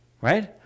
Right